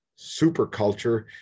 superculture